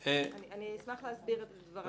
אשמח להסביר את דבריי.